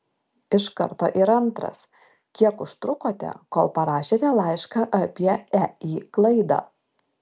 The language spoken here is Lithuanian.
iš karto ir antras kiek užtrukote kol parašėte laišką apie ei klaidą